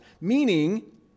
Meaning